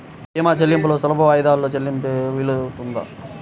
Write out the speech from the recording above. భీమా చెల్లింపులు సులభ వాయిదాలలో చెల్లించే వీలుందా?